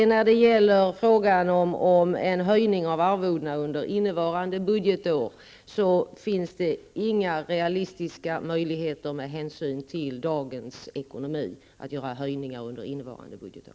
När det gäller frågan om en höjning av arvodena under innevarande budgetår, finns det med hänsyn till dagens ekonomi inga realistiska möjligheter att genomföra en höjning under innevarande budgetår.